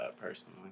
personally